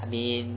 I mean